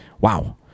Wow